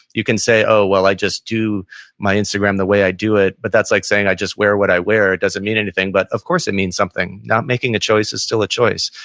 you can say, oh, well, i just do my instagram the way i do it, but that's like saying, i just wear what i wear. it doesn't mean anything. but of course, it means something, not making a choice, is still a choice.